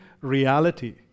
reality